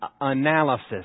analysis